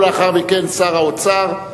ולאחר מכן שר האוצר.